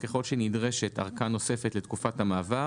'ככל שנדרשת ארכה נוספת לתקופת המעבר